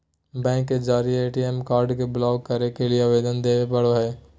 bank के जरिए ATM card को ब्लॉक करे के लिए आवेदन देबे पड़ो हइ